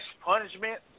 punishment